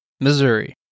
Missouri